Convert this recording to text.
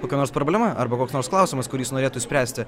kokia nors problema arba koks nors klausimas kurį jis norėtų spręsti